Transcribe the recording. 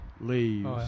leaves